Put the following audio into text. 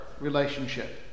relationship